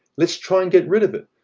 let's try and get rid of it.